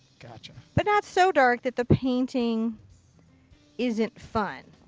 gotcha. but not so dark that the painting isn't fun.